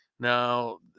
Now